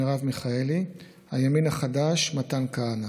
מרב מיכאלי, הימין החדש, מתן כהנא.